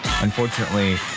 unfortunately